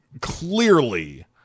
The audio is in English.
clearly